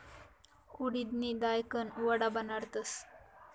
उडिदनी दायकन वडा बनाडतस